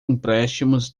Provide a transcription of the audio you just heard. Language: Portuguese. empréstimos